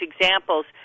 examples